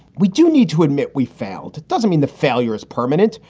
we do need to admit we failed. it doesn't mean the failure is permanent,